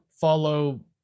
follow